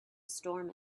storm